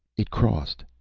it crossed,